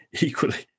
equally